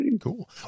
Cool